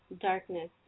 Darkness